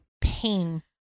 pain